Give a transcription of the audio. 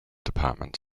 department